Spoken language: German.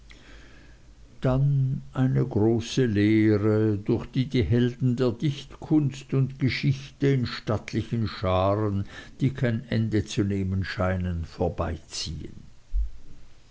dann eine große lehre durch die die helden der dichtkunst und geschichte in stattlichen scharen die kein ende zu nehmen scheinen vorbeiziehen